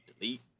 Delete